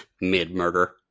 Mid-murder